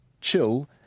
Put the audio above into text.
chill